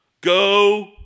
go